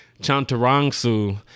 Chantarangsu